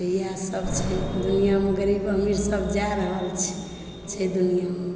इएह सब छै दुनियामे गरीब अमीर सब जाए रहल छै छै दुनियामे